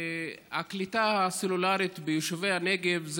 הקליטה הסלולרית ביישובי הנגב,